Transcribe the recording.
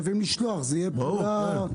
זה לא רק פנייה.